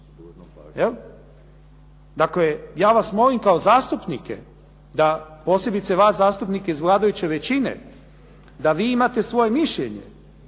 Dakle, ja vas molim kao zastupnike da posebice vas zastupnike iz vladajuće većine da vi imate svoje mišljenje,